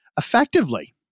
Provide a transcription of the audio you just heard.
effectively